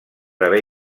haver